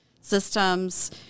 systems